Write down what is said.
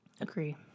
agree